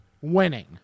winning